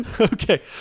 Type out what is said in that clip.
okay